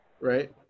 right